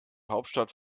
hauptstadt